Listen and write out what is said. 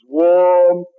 warm